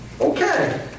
Okay